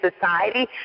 Society